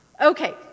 Okay